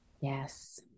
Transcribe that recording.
Yes